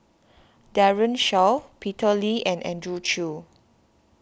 Daren Shiau Peter Lee and Andrew Chew